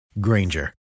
granger